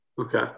Okay